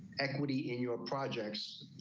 equity in your projects,